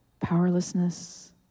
powerlessness